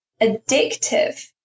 addictive